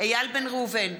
איל בן ראובן,